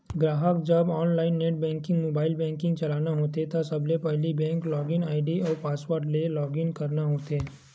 गराहक जब online net banking, mobile banking चलाना होथे त सबले पहिली बेंक लॉगिन आईडी अउ पासवर्ड ले लॉगिन करना होथे